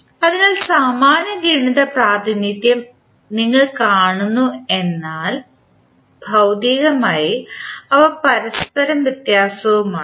അതിനാൽ സമാന ഗണിത പ്രാതിനിധ്യം നിങ്ങൾ കാണുന്നു എന്നാൽ ഭൌതികമായി അവ പരസ്പരം വ്യത്യസ്തവുമാണ്